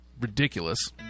ridiculous